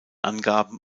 angaben